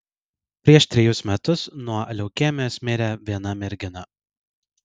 prieš trejus metus nuo leukemijos mirė viena mergina